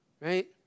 Right